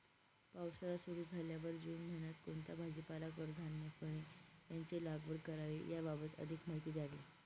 पावसाळा सुरु झाल्यावर जून महिन्यात कोणता भाजीपाला, कडधान्य, फळे यांची लागवड करावी याबाबत अधिक माहिती द्यावी?